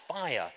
fire